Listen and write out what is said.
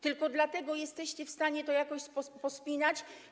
Tylko dlatego jesteście w stanie to jakoś pospinać.